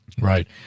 Right